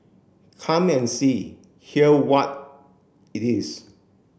come and see hear what it is